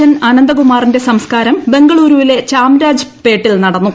N Anantha കുമാറിന്റെ സംസ്ക്കാരം ബംഗളുരുവിലെ ചാംരാജ് പേട്ടിൽ നടന്നു